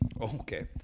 Okay